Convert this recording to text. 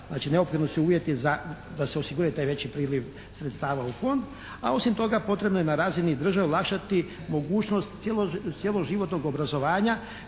Znači neuokvireni su uvjeti da se osiguraju taj veći priliv sredstava u fond a osim toga potrebno je na razini države olakšati mogućnost cjeloživotnog osiguranja